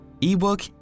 ebook